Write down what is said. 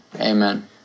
Amen